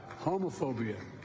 homophobia